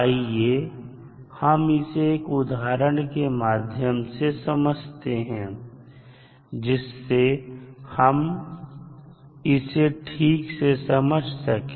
आइए हम इसे एक उदाहरण के माध्यम से समझते हैं जिससे हम इसे ठीक से समझ सके